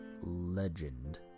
legend